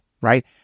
right